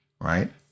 right